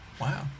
Wow